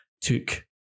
took